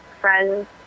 friends